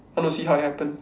I want to see how it happen